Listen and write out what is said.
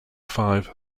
five